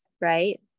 right